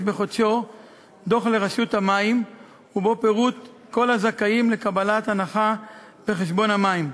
בחודשו דוח לרשות המים ובו פירוט כל הזכאים לקבלת הנחה בחשבון המים.